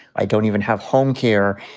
i don't even have home care,